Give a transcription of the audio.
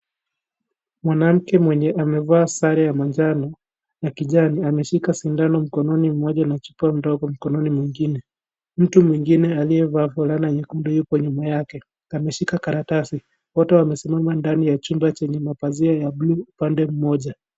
Mwanamke mwenye amevaa sare ya manjano na kijani ameshika sindano mkononi mmoja na chupa ndogo mkononi mwingine. Mtu mwingine aliyevaa fulana nyekundu yuko nyuma yake. Ameshika karatasi. Watu wamesimama ndani ya chumba chenye mapazia ya bluu upande mmoja.